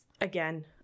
Again